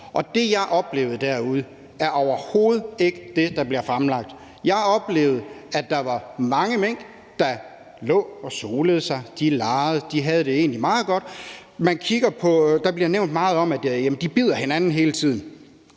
og det, jeg oplevede derude, er overhovedet ikke det, der bliver fremlagt. Jeg oplevede, at der var mange mink, der lå og solede sig, de legede, og de havde det egentlig meget godt. Der bliver nævnt meget om, at de bider hinanden hele tiden,